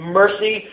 mercy